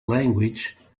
language